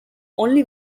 only